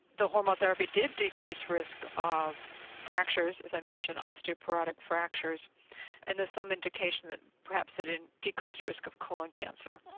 the hormone therapy did decrease risk of fractures as i mentioned osteoporotic fractures and there's some indication that perhaps it and decreased risk of colon cancer.